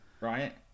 right